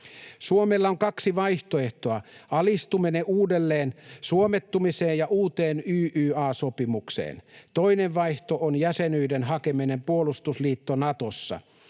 Suomella on kaksi vaihtoehtoa: alistuminen uudelleen suomettumiseen ja uuteen YYA-sopimukseen, ja toinen vaihtoehto on jäsenyyden hakeminen puolustusliitto Natossa.